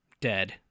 Dead